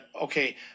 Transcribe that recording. okay